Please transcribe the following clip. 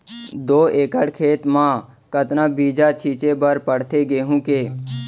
दो एकड़ खेत म कतना बीज छिंचे बर पड़थे गेहूँ के?